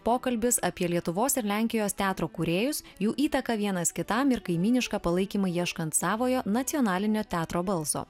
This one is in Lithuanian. pokalbis apie lietuvos ir lenkijos teatro kūrėjus jų įtaką vienas kitam ir kaimynišką palaikymą ieškant savojo nacionalinio teatro balso